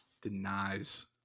denies